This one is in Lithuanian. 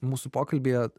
mūsų pokalbyje